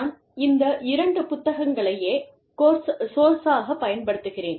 நான் இந்த இரண்டு புத்தகங்களையே சோர்ஸ்சாக பயன்படுத்துகிறேன்